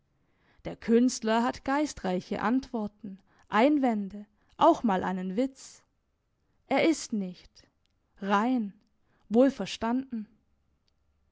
der künstler hat geistreiche antworten einwände auch mal einen witz er ist nicht rein